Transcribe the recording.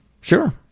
Sure